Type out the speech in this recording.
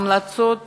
ההמלצות